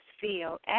feel